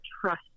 trust